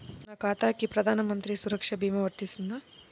నా ఖాతాకి ప్రధాన మంత్రి సురక్ష భీమా వర్తిస్తుందా?